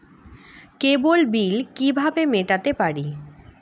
কেবল bill কিভাবে মেটাতে পারি?